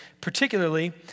particularly